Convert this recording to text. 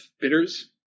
bitters